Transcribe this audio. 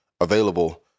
available